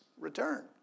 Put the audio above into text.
return